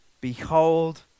Behold